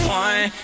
one